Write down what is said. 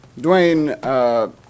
Dwayne